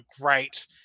great